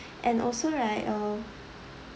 and also right uh